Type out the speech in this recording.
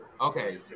okay